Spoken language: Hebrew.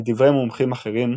לדברי מומחים אחרים,